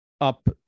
up